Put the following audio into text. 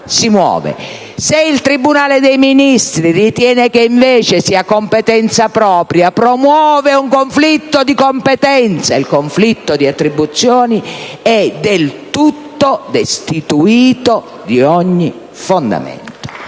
Se il tribunale dei Ministri ritiene che invece sia competenza propria, promuove un conflitto di competenza. Il conflitto di attribuzione è del tutto destituito di fondamento.